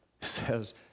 says